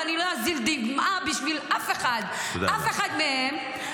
ואני לא אזיל דמעה בשביל אף אחד מהם -- תודה רבה.